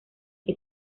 que